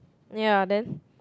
ya then